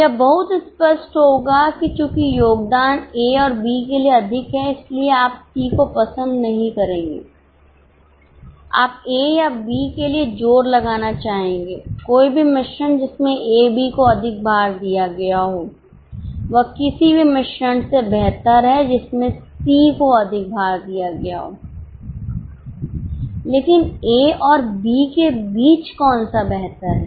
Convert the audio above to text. यह बहुत स्पष्ट होगा कि चूंकि योगदान A और B के लिए अधिक है इसलिए आप C को पसंद नहीं करेंगे आप A या B के लिए जोर लगाना चाहेंगे कोई भी मिश्रण जिसमें A B को अधिक भार दिया गया हो वह किसी भी मिश्रण से बेहतर है जिसमें C को अधिक भार दिया गया हो लेकिन A और B के बीच कौन सा बेहतर है